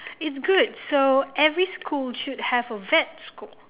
it's good so every school should have a vet school